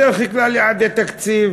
בדרך כלל יעדי תקציב